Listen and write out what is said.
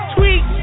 Tweet